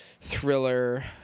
thriller